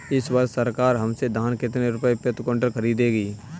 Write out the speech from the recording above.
इस वर्ष सरकार हमसे धान कितने रुपए प्रति क्विंटल खरीदेगी?